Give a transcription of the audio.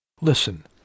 Listen